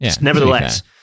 nevertheless